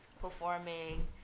performing